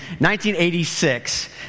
1986